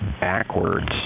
backwards